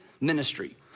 ministry